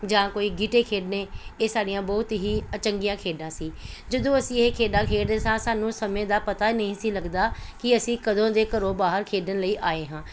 ਜਾਂ ਕੋਈ ਗੀਹਟੇ ਖੇਡਣੇ ਇਹ ਸਾਡੀਆਂ ਬਹੁਤ ਹੀ ਚੰਗੀਆਂ ਖੇਡਾਂ ਸੀ ਜਦੋਂ ਅਸੀਂ ਇਹ ਖੇਡਾਂ ਖੇਡਦੇ ਸਾਂ ਸਾਨੂੰ ਸਮੇਂ ਦਾ ਪਤਾ ਨਹੀਂ ਸੀ ਲੱਗਦਾ ਕਿ ਅਸੀਂ ਕਦੋਂ ਦੇ ਘਰੋਂ ਬਾਹਰ ਖੇਡਣ ਲਈ ਆਏ ਹਾਂ